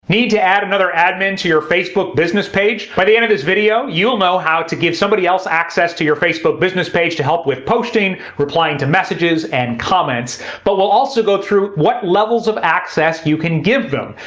need to add another admin to your facebook business page? by the end of this video you'll know how to give somebody else access to your facebook business page to help with posting, replying to messages and comments but we'll also go through what levels of access you can give them.